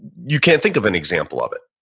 you can't think of an example of it,